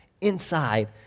inside